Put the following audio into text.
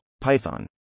Python